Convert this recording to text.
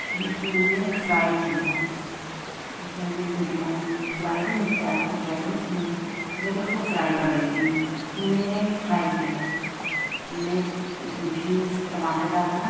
फिर उसको मैंने फ़्राई किया पता नहीं क्या मेरे दिमाग में कि मैं क्या करूँ क्या करूँ तो मैंने सोचा कि उसको फ़्राई कर देती हूँ मैंने फ़्राई किया मैंने उसमें फिर से टमाटर डाला